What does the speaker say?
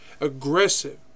aggressive